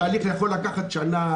התהליך יכול לקחת שנה,